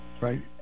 right